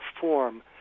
form